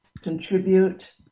contribute